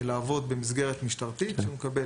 ולעבוד במסגרת משטרתית, אבל